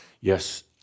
Yes